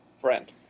friend